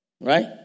Right